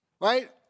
Right